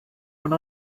one